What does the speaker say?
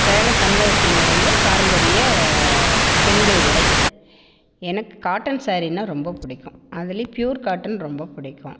சேலை தமிழகத்தினுடைய பாரம்பரிய பெண்கள் உடை எனக்கு காட்டன் சாரீன்னா ரொம்ப பிடிக்கும் அதுலையும் ப்யூர் காட்டன் ரொம்ப பிடிக்கும்